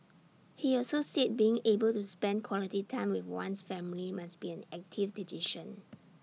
he also said being able to spend quality time with one's family must be an active decision